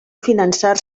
finançar